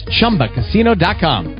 ChumbaCasino.com